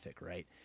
right